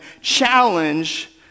challenge